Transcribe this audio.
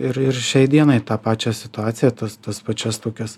ir ir šiai dienai tą pačią situaciją tas tas pačias tokias